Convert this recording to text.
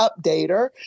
Updater